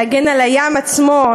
להגן על הים עצמו,